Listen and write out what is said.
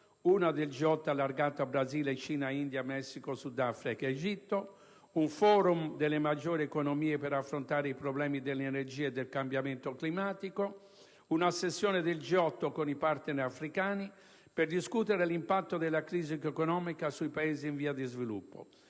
del G8 allargato a Brasile, Cina, India, Messico, Sud Africa ed Egitto; un Forum delle maggiori economie per affrontare i problemi dell'energia e del cambiamento climatico; una sessione del G8 con i *partner* africani per discutere l'impatto della crisi economica sui paesi in via di sviluppo;